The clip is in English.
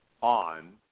on